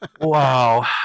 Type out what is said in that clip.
Wow